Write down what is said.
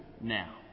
now